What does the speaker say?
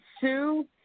Sue